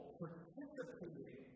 participating